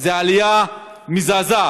זו עלייה מזעזעת.